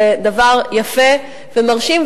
זה דבר יפה ומרשים,